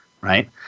right